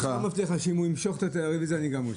מבטיח לך שאם ולדימיר בליאק ימשוך את הרביזיה אז גם אני אמשוך.